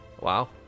wow